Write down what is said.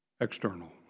external